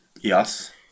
Yes